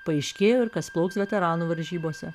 paaiškėjo ir kas plauks veteranų varžybose